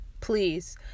please